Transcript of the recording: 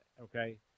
okay